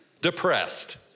depressed